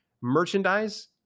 merchandise